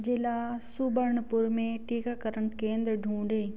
जिला सुबर्णपुर में टीकाकरण केंद्र ढूँढें